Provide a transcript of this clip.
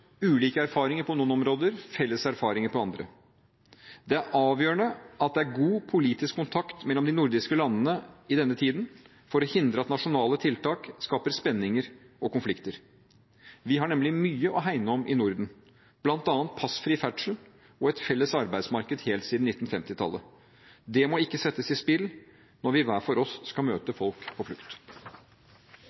ulike erfaringer på noen områder, felles erfaringer på andre. Det er avgjørende at det er god politisk kontakt mellom de nordiske landene i denne tiden, for å hindre at nasjonale tiltak skaper spenninger og konflikter. Vi har nemlig mye å hegne om i Norden, bl.a. passfri ferdsel og et felles arbeidsmarked helt siden 1950-tallet. Det må ikke settes i spill når vi hver for oss skal møte folk på flukt.